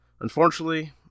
Unfortunately